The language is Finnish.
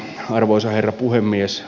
arvoisa herra puhemies